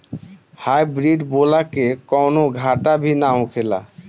Hybrid बोला के कौनो घाटा भी होखेला?